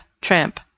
tramp